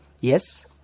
yes